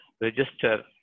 register